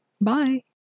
Bye